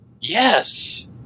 Yes